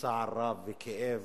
צער רב וכאב,